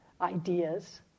ideas